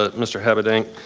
ah mr. habedank,